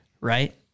right